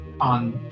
on